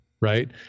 right